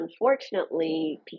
unfortunately